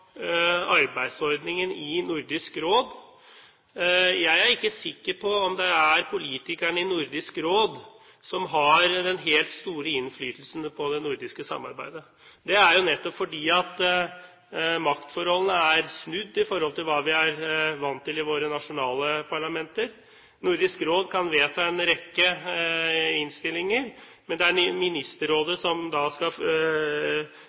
arbeidsordningen i Nordisk Råd. Jeg er ikke sikker på om det er politikerne i Nordisk Råd som har den helt store innflytelsen på det nordiske samarbeidet. Det er jo nettopp fordi maktforholdet er snudd i forhold til hva vi er vant til i våre nasjonale parlamenter. Nordisk Råd kan vedta en rekke innstillinger, men det er Ministerrådet som skal